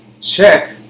check